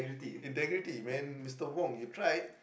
integrity man Mister wong you tried